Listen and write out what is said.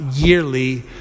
yearly